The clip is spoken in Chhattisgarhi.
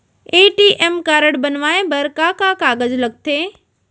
ए.टी.एम कारड बनवाये बर का का कागज लगथे?